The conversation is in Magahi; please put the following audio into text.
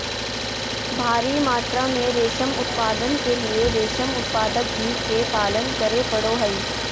भारी मात्रा में रेशम उत्पादन के लिए रेशम उत्पादक जीव के पालन करे पड़ो हइ